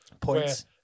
Points